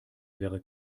wäre